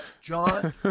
John